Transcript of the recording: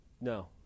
no